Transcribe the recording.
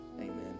Amen